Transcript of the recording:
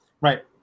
Right